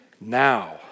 now